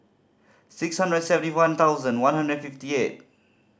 six hundred and seventy one thousand one hundred and fifty eight